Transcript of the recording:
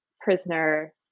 prisoner